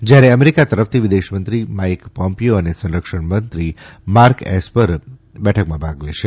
જ્યારે અમેરિકા તરફથી વિદેશમંત્રી માઇક પોમ્પીઓ અને સંરક્ષણ મંત્રી માર્ક એસપર બેઠકમાં ભાગ લેશે